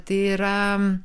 tai yra